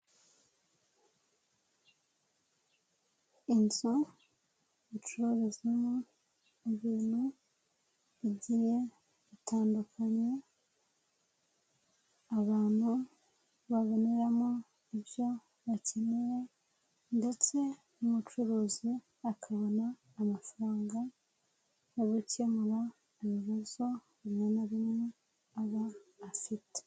Inzu icururizwamo ibintu bigiye bitandukanye, abantu baboneramo ibyo bakenera ndetse n'umucuruzi akabona amafaranga yo gukemura ibibazo bimwe na bimwe aba afite.